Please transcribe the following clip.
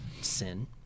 sin